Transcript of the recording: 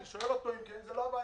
אני שואל אותו אם לא זאת הבעיה.